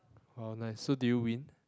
oh nice so did you win